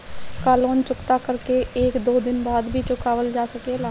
का लोन चुकता कर के एक दो दिन बाद भी चुकावल जा सकेला?